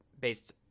based